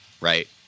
right